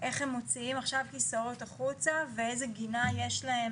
איך הם מוציאים עכשיו כיסאות החוצה ואיזה גינה יש להם,